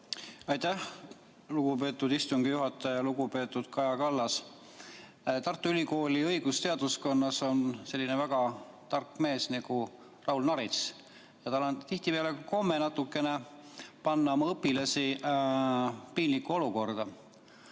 Aitäh, lugupeetud istungi juhataja! Lugupeetud Kaja Kallas! Tartu Ülikooli õigusteaduskonnas on selline väga tark mees nagu Raul Narits. Tal on tihtipeale komme panna oma õpilasi natuke piinlikku olukorda.